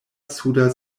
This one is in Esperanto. suda